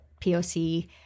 POC